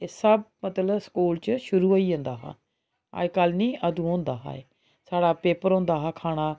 एह् सब मतलब स्कूल च शुरु होई जंदा हा अजकल निं अदूं होंदा हा एह् साढ़ा पेपर होंदा हा खाना